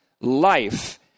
life